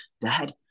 Dad